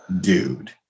dude